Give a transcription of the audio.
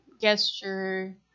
gesture